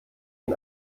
ihn